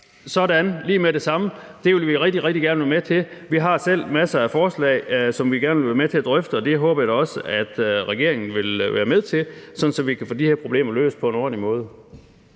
lige med det samme – sådan! Det vil vi rigtig, rigtig gerne være med til. Vi har selv masser af forslag, som vi gerne vil være med til at drøfte, og det håber jeg da også at regeringen vil være med til, sådan at vi kan få de her problemer løst på en ordentlig måde.